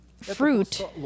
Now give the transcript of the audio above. Fruit